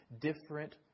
different